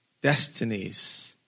destinies